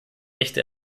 echte